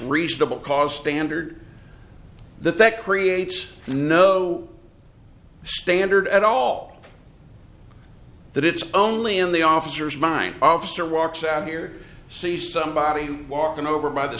reachable cause standard that that creates no standard at all that it's only in the officer's mind officer walks out here see somebody walking over by the